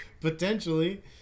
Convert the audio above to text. Potentially